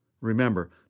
Remember